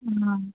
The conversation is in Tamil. ஆ